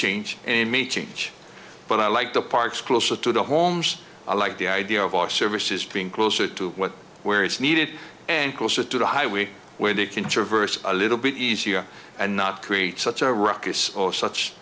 change and may change but i like the parks closer to the homes i like the idea of our services being closer to what where it's needed and closer to the highway where they can traverse a little bit easier and not create such a ruckus or such